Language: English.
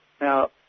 Now